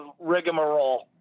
rigmarole